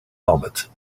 helmet